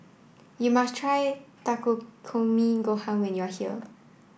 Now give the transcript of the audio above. you must try Takikomi Gohan when you are here